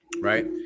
right